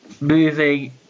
moving